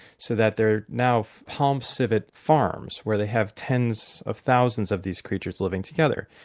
so that there are now palm civet farms where they have tens of thousands of these creatures living together.